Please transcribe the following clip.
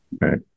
right